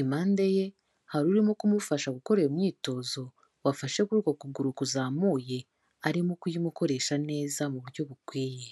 impande ye hari urimo kumufasha gukora iyo myitozo wafashe kuri uko kuguru kuzamuye, arimo kuyimukoresha neza mu buryo bukwiye.